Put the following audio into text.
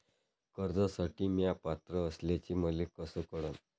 कर्जसाठी म्या पात्र असल्याचे मले कस कळन?